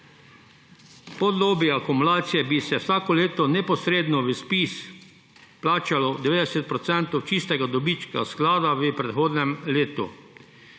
obdobju akumulacije bi se vsako leto neposredno v ZPIZ vplačalo 90 % čistega dobička sklada v prihodnjem letu.